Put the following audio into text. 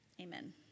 Amen